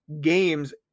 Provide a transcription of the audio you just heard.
games